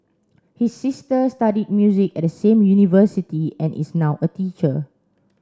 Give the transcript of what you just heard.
his sister studied music at the same university and is now a teacher